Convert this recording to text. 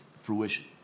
fruition